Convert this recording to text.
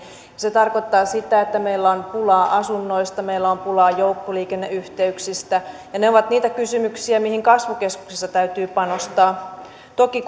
se tarkoittaa sitä että meillä on pulaa asunnoista meillä on pulaa joukkoliikenneyhteyksistä ja ne ovat niitä kysymyksiä mihin kasvukeskuksissa täytyy panostaa toki